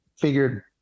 figured